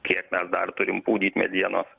kiek mes dar turim pūdyt medienos